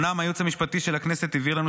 אומנם הייעוץ המשפטי של הכנסת הבהיר לנו